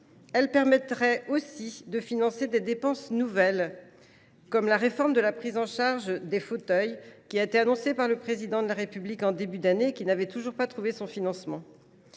Elle dégagerait aussi des fonds pour des mesures nouvelles, comme la réforme de la prise en charge des fauteuils, qui a été annoncée par le Président de la République en début d’année, mais qui n’avait toujours pas trouvé son financement…